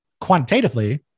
quantitatively